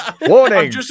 Warning